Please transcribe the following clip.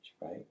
right